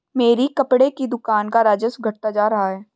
मेरी कपड़े की दुकान का राजस्व घटता जा रहा है